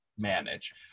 manage